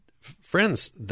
friends